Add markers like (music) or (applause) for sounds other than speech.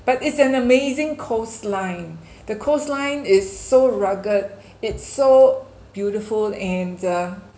but it's an amazing coastline (breath) the coastline is so rugged it's so beautiful and uh